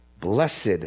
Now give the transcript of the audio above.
Blessed